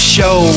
Show